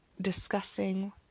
discussing